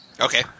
Okay